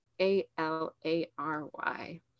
a-l-a-r-y